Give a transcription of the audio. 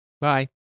bye